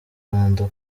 rwanda